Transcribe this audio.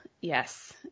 yes